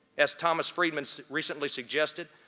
as thomas friedman recently suggested,